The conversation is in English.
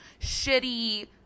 shitty